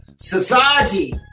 society